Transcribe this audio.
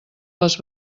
les